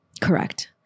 Correct